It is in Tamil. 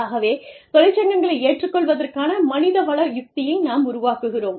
ஆகவே தொழிற்சங்கங்களை ஏற்றுக் கொள்வதற்கான மனித வள யுக்தியை நாம் உருவாக்குகிறோம்